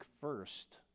first